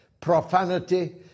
profanity